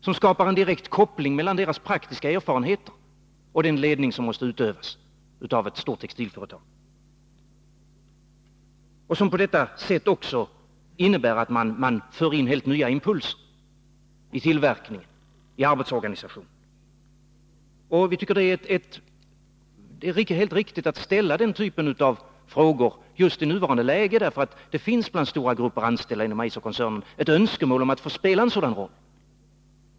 Vi vill ha en direkt koppling mellan deras praktiska erfarenheter och den ledning som måste utövas av ett stort textilföretag, vilket också innebär att nya impulser införs i tillverkningen och i arbetsorganisationen. Vi tycker att det är helt riktigt att ställa den typen av frågor just i nuvarande läge, eftersom det bland stora grupper inom Eiserkoncernen finns ett önskemål om att få spela en sådan roll.